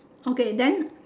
okay then